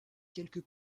quelque